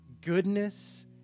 goodness